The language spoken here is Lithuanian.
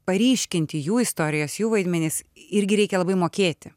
paryškinti jų istorijas jų vaidmenis irgi reikia labai mokėti